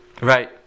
Right